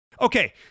Okay